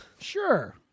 Sure